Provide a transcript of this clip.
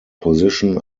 position